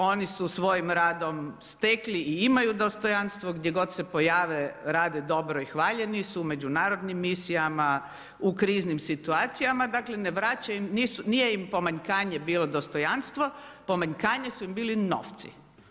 Oni su svojim radom stekli i imaju dostojanstvo, gdje god se pojave rade dobro i hvaljeni su u međunarodnim misijama, u kriznim situacijama, dakle nije im pomanjkanje bilo dostojanstvo, pomanjkanje su im bili novci.